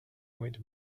went